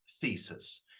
thesis